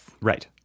right